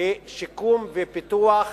לשיקום ופיתוח